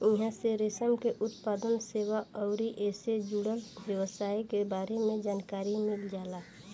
इहां से रेशम के उत्पादन, सेवा अउरी एसे जुड़ल व्यवसाय के बारे में जानकारी मिल जाला